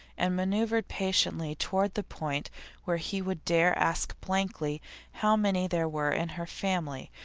and manoeuvred patiently toward the point where he would dare ask blankly how many there were in her family,